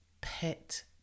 pet